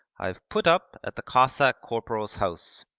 i have put up at the cossack corporal's house.